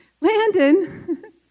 Landon